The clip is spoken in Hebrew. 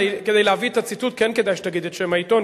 כדי להביא את הציטוט כן כדאי שתגיד את שם העיתון,